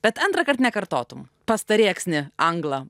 bet antrąkart nekartotum pas tą rėksnį anglą